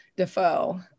Defoe